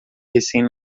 recém